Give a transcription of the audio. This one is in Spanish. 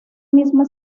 misma